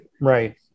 Right